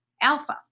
alpha